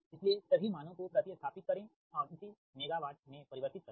इसलिए सभी मानों को प्रति स्थापित करें और इसे मेगावाट में परिवर्तित करें